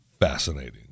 fascinating